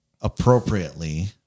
appropriately